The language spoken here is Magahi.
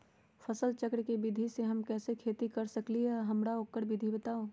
फसल चक्र के विधि से हम कैसे खेती कर सकलि ह हमरा ओकर विधि बताउ?